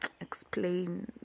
explain